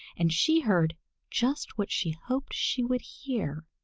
and she heard just what she hoped she would hear.